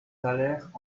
allèrent